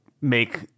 make